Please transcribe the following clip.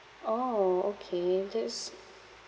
orh okay that's